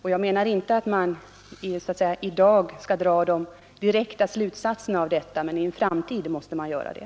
Jag menar inte att man i dag skall dra de direkta slutsatserna av detta, men i framtiden måste man göra det.